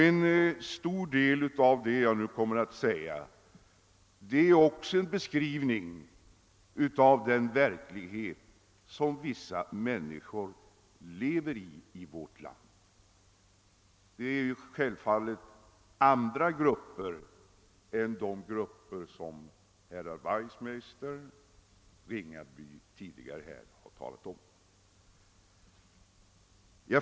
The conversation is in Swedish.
En stor del av vad jag nu kommer att säga är också en beskrivning av den verklighet i vilken människor i vårt land lever — det gäller självfallet andra grupper än dem som herr Wachtmeister och herr Ringaby tidigare har talat om.